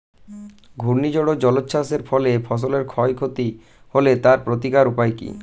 ঘূর্ণিঝড় ও জলোচ্ছ্বাস এর ফলে ফসলের ক্ষয় ক্ষতি হলে তার প্রতিকারের উপায় কী?